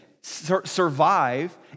survive